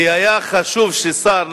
כי היה חשוב ששר,